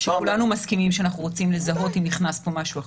שכולנו מסכימים שאנחנו רוצים לזהות אם נכנס פה משהו אחר,